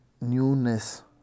newness